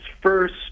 First